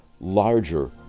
larger